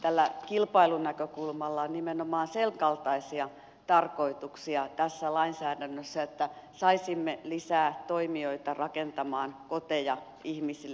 tällä kilpailunäkökulmalla on nimenomaan senkaltaisia tarkoituksia tässä lainsäädännössä että saisimme lisää toimijoita rakentamaan koteja ihmisille